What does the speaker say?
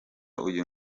uyu